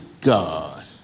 God